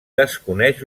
desconeix